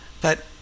But